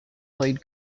played